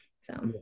So-